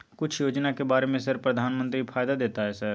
कुछ योजना के बारे में सर प्रधानमंत्री फायदा देता है सर?